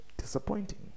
disappointing